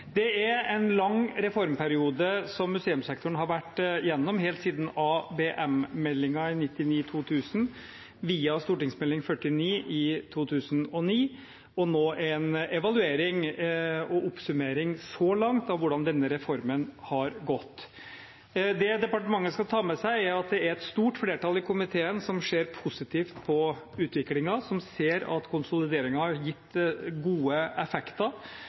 Det er en lang reformperiode museumssektoren har vært igjennom, helt siden ABM-meldingen fra 1999–2000, via St. meld. nr. 49 for 2008–2009 og nå en evaluering og oppsummering, så langt, av hvordan det har gått med denne reformen. Det departementet skal ta med seg, er at det er et stort flertall i komiteen som ser positivt på utviklingen, som ser at konsolideringen har gitt gode effekter.